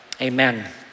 amen